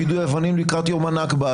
יידוי אבנים לקראת יום הנכבה,